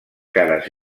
cares